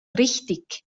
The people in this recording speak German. richtig